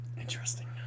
Interesting